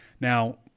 Now